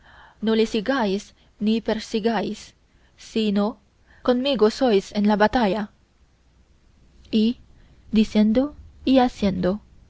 no le sigáis ni persigáis si no conmigo sois en la batalla y diciendo y haciendo